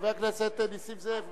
חבר הכנסת נסים זאב,